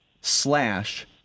slash